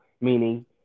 Meaning